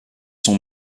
sont